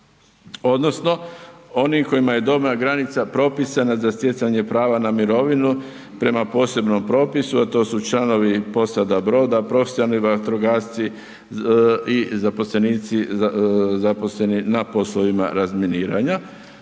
Odnosno oni kojima je dobna granica propisana za stjecanje prava na mirovinu prema posebnom propisu, a to su članovi posada broda, profesionalni vatrogasci i zaposlenici zaposleni na poslovima razminiranja